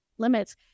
limits